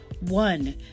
One